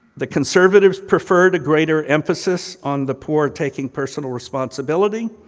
the conservatives preferred a greater emphasis on the poor taking personal responsibility